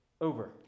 over